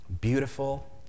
beautiful